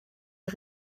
der